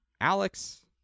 Alex